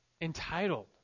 entitled